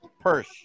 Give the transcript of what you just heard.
purse